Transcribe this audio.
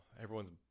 Everyone's